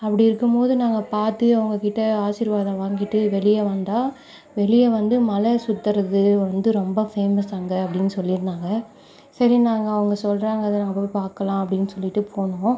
அப்படி இருக்கும் போது நாங்கள் பார்த்து அவங்க கிட்ட ஆசீர்வாதம் வாங்கிட்டு வெளியே வந்தால் வெளியே வந்து மலை சுத்துறது வந்து ரொம்ப ஃபேமஸ் அங்கே அப்படின்னு சொல்லியிருந்தாங்க சரி நாங்கள் அவங்க சொல்கிறாங்க அதை நம்ப போய் பார்க்கலாம் அப்படின்னு சொல்லிட்டு போனோம்